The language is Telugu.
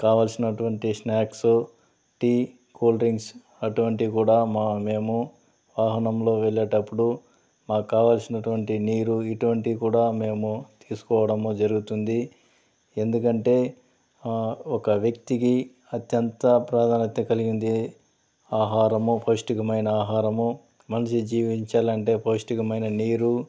కావాల్సినటువంటి స్న్యాక్స్ టీ కూల్డ్రింక్స్ అటువంటి కూడా మా మేము వాహనంలో వెళ్లేటప్పుడు మాకు కావాల్సినటువంటి నీరు ఇటువంటి కూడా మేము తీసుకోవడము జరుగుతుంది ఎందుకంటే ఒక వ్యక్తికి అత్యంత ప్రాధాన్యత కలిగింది ఆహారము పౌష్టికమైన ఆహారము మనిషి జీవించాలంటే పౌష్టికమైన నీరు